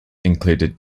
included